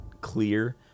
clear